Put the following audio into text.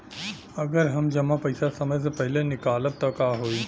अगर हम जमा पैसा समय से पहिले निकालब त का होई?